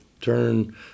turn